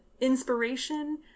inspiration